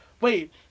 wait